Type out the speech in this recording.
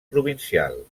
provincial